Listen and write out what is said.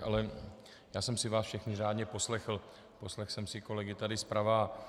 Ale já jsem si vás všechny řádně poslechl, poslechl jsem si kolegy tady zprava.